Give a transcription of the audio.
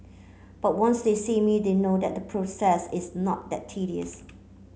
but once they see me they know that the process is not that tedious